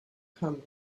coming